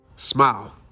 smile